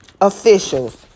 officials